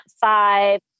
five